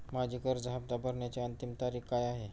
माझी कर्ज हफ्ता भरण्याची अंतिम तारीख काय आहे?